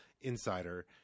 Insider